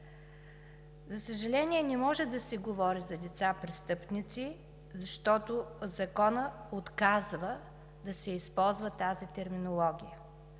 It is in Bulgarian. За съжаление, не може да се говори за деца – престъпници, защото законът отказва да се използва тази терминология.